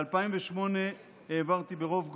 ב-2008 העברתי ברוב גורף,